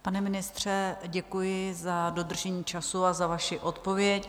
Pane ministře, děkuji za dodržení času a za vaši odpověď.